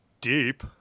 deep